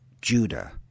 Judah